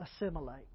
assimilate